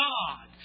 God